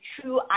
true